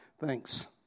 Thanks